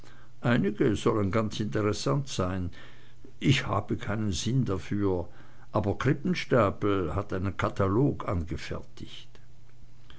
einige sollen ganz interessant sein ich habe keinen sinn dafür aber krippenstapel hat einen katalog angefertigt